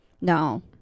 No